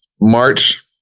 March